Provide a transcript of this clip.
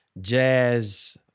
jazz